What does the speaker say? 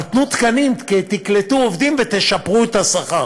אבל תנו תקנים, תקלטו עובדים ותשפרו את השכר.